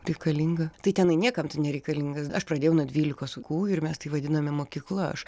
reikalinga tai tenai niekam tu nereikalingas aš pradėjau nuo dvylikos vaikų ir mes tai vadiname mokykla aš